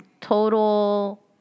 Total